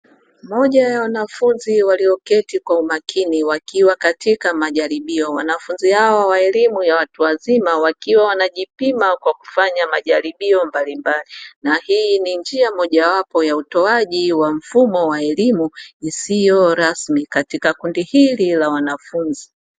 Moja ya wanafunzi walioketi kwa umakini wakiwa katika majaribio. Wanafunzi hao wa elimu ya watu wazima wakiwa wanajipima kwa kufanya majaribio mbalimbali na hii ni njia mojawapo ya utoaji wa mfumo wa elimu isiyo rasmi katika kundi hili la wanafnzi.